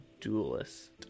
duelist